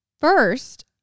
first